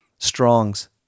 Strong's